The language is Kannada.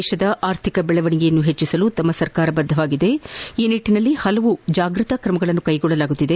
ಭಾರತದ ಅರ್ಥಿಕ ಬೆಳವಣಿಗೆಯನ್ನು ಪೆಜ್ಜಿಸಲು ತಮ್ಮ ಸರ್ಕಾರ ಬದ್ಧವಾಗಿದ್ದು ಆ ನಿಟ್ಟನಲ್ಲಿ ಪಲವು ಜಾಗೃತಾ ಕ್ರಮಗಳನ್ನು ಕೈಗೊಳ್ಳುತ್ತಿದೆ